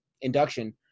induction